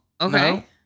okay